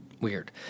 weird